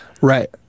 right